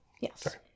Yes